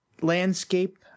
landscape